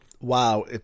Wow